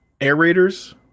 aerators